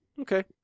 Okay